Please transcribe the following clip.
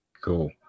Cool